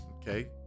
Okay